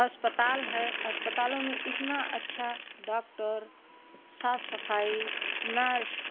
अस्पताल है अस्पतालों मे इतना अच्छा डॉक्टर साफ सफाई नर्श